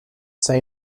say